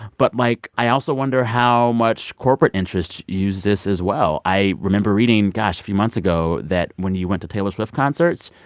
but, like, i also wonder how much corporate interest used this as well. i remember reading, gosh, a few months ago that when you went to taylor swift concerts,